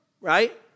right